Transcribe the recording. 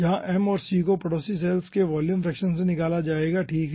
जहां m और c को पड़ोसी सैल्स के वॉल्यूम फ्रैक्शन से निकाला जाएगा ठीक है